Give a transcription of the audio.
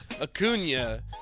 Acuna